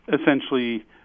essentially